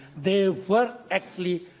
they were, actually,